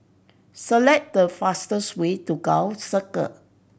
select the fastest way to Gul Circle